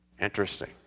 Interesting